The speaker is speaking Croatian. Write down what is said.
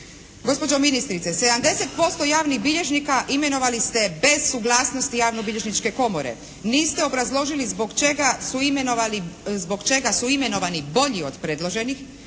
Gospođo ministrice, 70% javnih bilježnika imenovali ste bez suglasnosti Javnobilježničke komore. Niste obrazložili zbog čega su imenovani bolji od predloženih